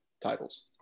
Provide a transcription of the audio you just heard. titles